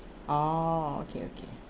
orh okay okay